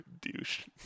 douche